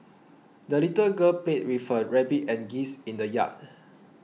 the little girl played with her rabbit and geese in the yard